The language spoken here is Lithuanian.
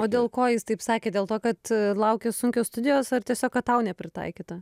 o dėl ko jis taip sakė dėl to kad laukia sunkios studijos ar tiesiog kad tau nepritaikyta